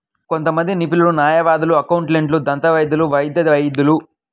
కొంతమంది నిపుణులు, న్యాయవాదులు, అకౌంటెంట్లు, దంతవైద్యులు, వైద్య వైద్యులు